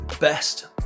best